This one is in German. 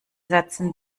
sätzen